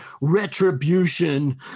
retribution